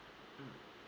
mm